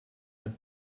ein